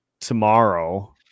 tomorrow